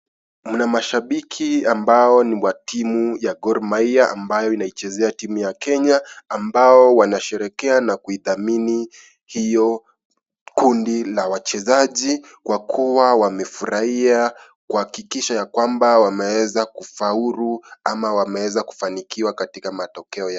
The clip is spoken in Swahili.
Muna mashabiki ambao ni wa timu ya Gormaiya ambayo inaichezwa timu ya Kenya, ambao wanashereka na kuidhamini hiyo kundi la wachezaji, kwa kuwa wamefurahia kuakikisha ya kwamba wameweza kufauru ama wameweza kufanikiwa katika matokea ya.